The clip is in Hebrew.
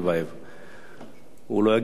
הוא לא יגן עליך ולא על אף אחד אחר.